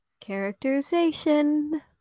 characterization